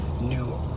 New